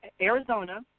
Arizona